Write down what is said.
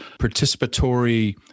participatory